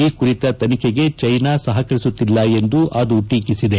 ಈ ಕುರಿತ ತನಿಖೆಗೆ ಜೀನಾ ಸಹಕರಿಸುತ್ತಿಲ್ಲ ಎಂದು ಅದು ಟೀಕಿಸಿದೆ